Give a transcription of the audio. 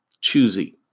choosy